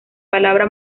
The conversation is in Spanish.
palabra